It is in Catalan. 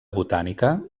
botànica